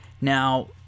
Now